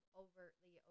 overtly